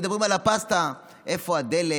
מדברים על הפסטה, אבל איפה הדלק?